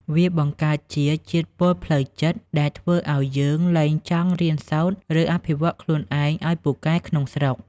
វាបង្កើតជា "ជាតិពុលផ្លូវចិត្ត" ដែលធ្វើឱ្យយើងលែងចង់រៀនសូត្រ ឬអភិវឌ្ឍខ្លួនឯងឱ្យពូកែក្នុងស្រុក។